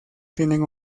tienen